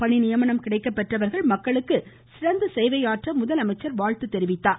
பணி நியமனம் கிடைக்கப் பெற்றவர்கள் மக்களுக்கு சிறந்த சேவையாற்ற முதலமைச்சர் வாழ்த்து தெரிவித்தார்